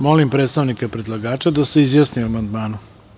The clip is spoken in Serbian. Molim predstavnika predlagača da se izjasni o amandmanu.